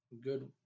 good